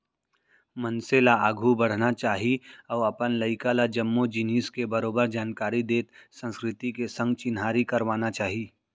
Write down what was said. मनसे ल आघू बढ़ना चाही अउ अपन लइका ल जम्मो जिनिस के बरोबर जानकारी देत संस्कृति के संग चिन्हारी करवाना चाही